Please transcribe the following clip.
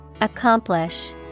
Accomplish